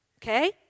Okay